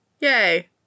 yay